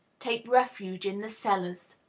take refuge in the cellars.